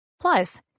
Plus